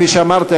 כפי שאמרתי,